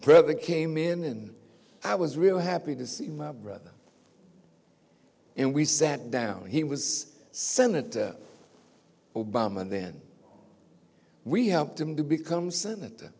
brother came in and i was real happy to see my brother and we sat down he was senator obama and then we helped him to become senator